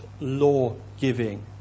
law-giving